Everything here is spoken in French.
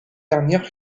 dernières